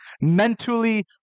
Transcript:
mentally